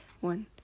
one